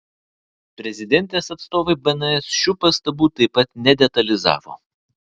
prezidentės atstovai bns šių pastabų taip pat nedetalizavo